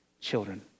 children